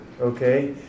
okay